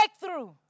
Breakthrough